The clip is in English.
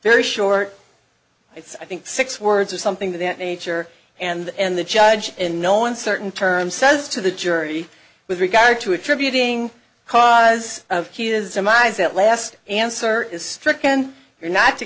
very short i think six words or something that nature and the judge in no uncertain terms says to the jury with regard to attributing cause he is in my eyes that last answer is stricken you're not to